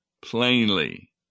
plainly